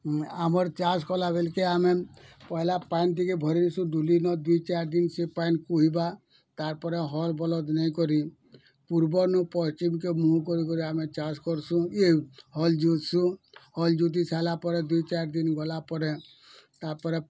ଆମର୍ ଚାଷ୍ କଲା ବେଲ୍କେ ଆମେ ପହେଲା ପାନ୍ ଟିକେ ଭରିବେସୁଁ ଦୁଲିନ ଦୁଇ ଚାର୍ ଦିନ୍ସେ ପାନ୍କୁ ରୁଇବା ତା'ପରେ ହଲ୍ ବଲ୍ଦ ନେଇ କରି ପୂର୍ବନୁ ପଶ୍ଚିମ୍ କି ମୁହୁଁ କରି କରି ଆମେ ଚାଷ୍ କରୁସୁଁ ଇଏ ହଲ୍ ଯୋତ୍ସୁଁ ହଲ୍ ଯୋତି ସାରିଲା ପରେ ଦୁଇ ଚାରି ଦିନ୍ ଗଲା ପରେ ତା'ପରେ